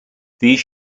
these